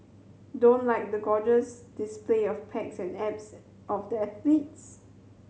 don't like the gorgeous display of pecs and abs of the athletes